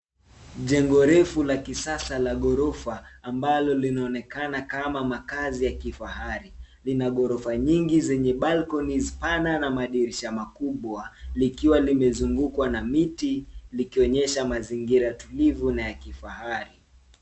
Jengo refu la kisasa la ghorofa ambalo linonekana kama makaazi ya kifahari. Lina ghorofa nyingi zenye balkoniz pana na madirisha makubwa. Likiwa limezungukwa na miti, likionyesha mazingira tulivu na ya kifahari.